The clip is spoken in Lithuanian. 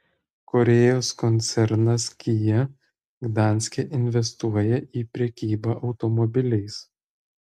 korėjos koncernas kia gdanske investuoja į prekybą automobiliais